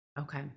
Okay